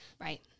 Right